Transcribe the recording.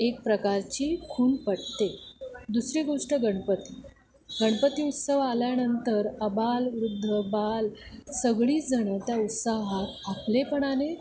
एक प्रकारची खून पटते दुसरी गोष्ट गणपती गणपती उत्सव आल्यानंतर अबाल वृद्ध बाल सगळीजणं त्या उत्साहात आपलेपणाने